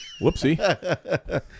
Whoopsie